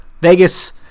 Vegas